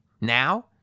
Now